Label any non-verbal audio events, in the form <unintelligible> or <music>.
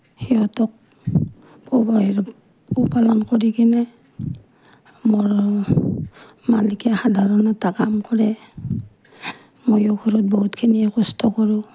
সিহঁতক <unintelligible> পোহপালন কৰি কিনে মোৰ মালিকে সাধাৰণ এটা কাম কৰে মইও ঘৰত বহুতখিনিয়ে কষ্ট কৰোঁ